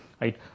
right